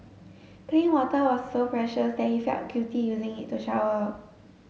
clean water was so precious that he felt guilty using it to shower